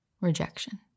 Rejection